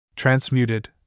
Transmuted